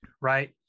Right